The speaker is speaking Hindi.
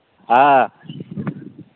हाँ